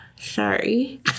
Sorry